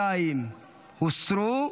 2 הוסרו,